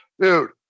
dude